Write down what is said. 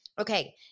Okay